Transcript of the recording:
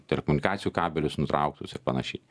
telekomunikacijų kabelius nutrauktus ir panašiai